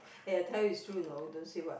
eh I tell you it's true you know don't say what